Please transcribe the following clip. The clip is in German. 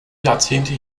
jahrzehnte